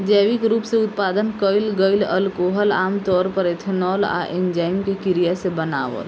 जैविक रूप से उत्पादन कईल गईल अल्कोहल आमतौर पर एथनॉल आ एन्जाइम के क्रिया से बनावल